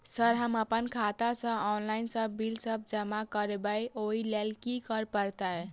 Sir हम अप्पन खाता सऽ ऑनलाइन सऽ बिल सब जमा करबैई ओई लैल की करऽ परतै?